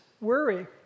worry